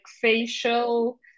facial